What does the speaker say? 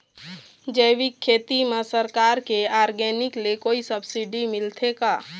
जैविक खेती म सरकार के ऑर्गेनिक ले कोई सब्सिडी मिलथे का?